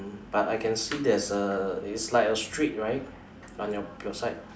but I can see there's a it's like a street right on your your side